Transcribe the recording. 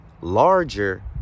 larger